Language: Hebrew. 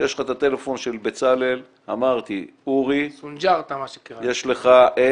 יש לך את הטלפון של בצלאל, אמרתי, אוּרי, יש לך את